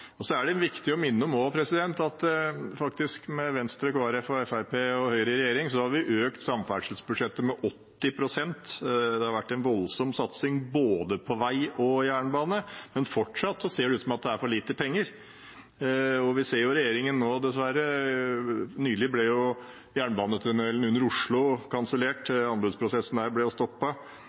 er også viktig å minne om at med Venstre, Kristelig Folkeparti, Fremskrittspartiet og Høyre i regjering har vi faktisk økt samferdselsbudsjettet med 80 pst. Det har vært en voldsom satsing, på både vei og jernbane, men fortsatt ser det ut som om det er for lite penger. Vi ser dessverre fra regjeringen nå at nylig ble jernbanetunnelen under Oslo kansellert, anbudsprosessen ble stoppet. Regjeringen snakker ned intercity, ytre intercity. Intercity gjennom byene ser ut til